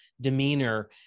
demeanor